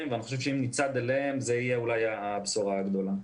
ואני חושב שאם נצעד אליהן זו תהיה הבשורה הגדולה.